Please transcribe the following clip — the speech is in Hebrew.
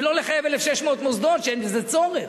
ולא לחייב 1,600 מוסדות כשאין בזה צורך.